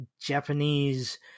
Japanese